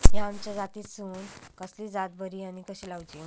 हया आम्याच्या जातीनिसून कसली जात बरी आनी कशी लाऊची?